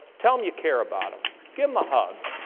tell them you care about them. give them a hug.